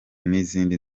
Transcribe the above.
n’izindi